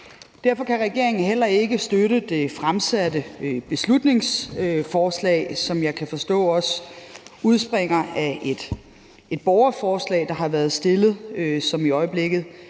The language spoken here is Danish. Derfor kan regeringen heller ikke støtte det fremsatte beslutningsforslag, som jeg også kan forstå udspringer af et borgerforslag, der har været stillet, og som i øjeblikket